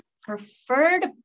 preferred